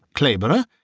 clayborough,